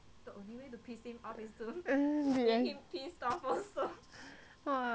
!wah! good good good